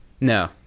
no